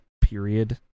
period